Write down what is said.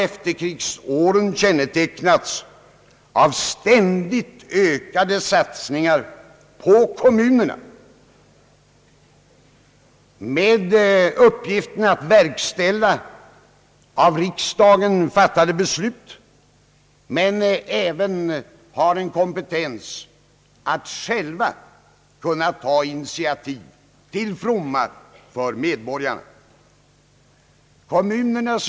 Efterkrigsåren har kännetecknats av ständigt ökade satsningar på kommunerna, som fått uppgiften att verkställa en rad av riksdagen fattade beslut men som även har kompetens att själva ta initiativ till medborgarnas fromma.